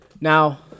Now